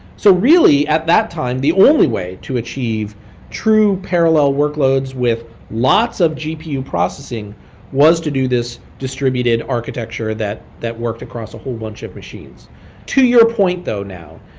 so really at that time, the only way to achieve true parallel workloads with lots of gpu processing was to do this distributed architecture that that worked across a whole bunch of machines to your point though now,